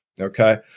Okay